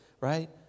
right